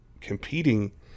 competing